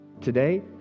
Today